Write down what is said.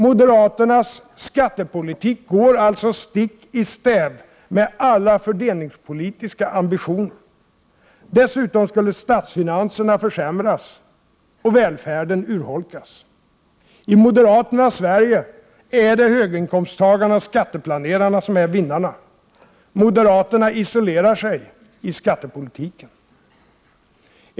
Moderaternas skattepolitik går alltså stick i stäv mot alla fördelningspolitiska ambitioner. Dessutom skulle statsfinanserna försämras och välfärden urholkas. I moderaternas Sverige är det höginkomsttagarna och skatteplanerarna som är vinnarna. Moderaterna isolerar sig i skattepolitiken.